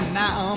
now